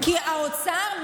כי האוצר,